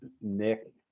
Nick